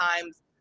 times